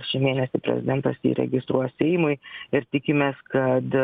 šį mėnesį prezidentas įregistruos seimui ir tikimės kad